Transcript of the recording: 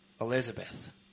Elizabeth